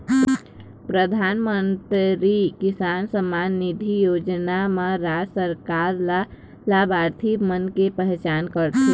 परधानमंतरी किसान सम्मान निधि योजना म राज सरकार ल लाभार्थी मन के पहचान करथे